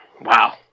Wow